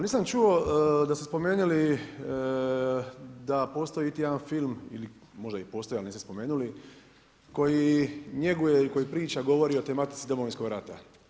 Nisam čuo da ste spomenili da postoji jedan film, možda i postoji, ali niste spomenuli, koji njeguje i koji priča, govori o tematici Domovinskog rata.